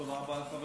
תודה רבה לחבר